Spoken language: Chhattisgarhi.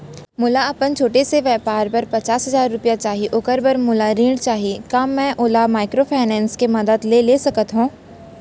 मोला अपन छोटे से व्यापार बर पचास हजार रुपिया चाही ओखर बर मोला ऋण चाही का मैं ओला माइक्रोफाइनेंस के मदद से ले सकत हो?